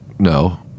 no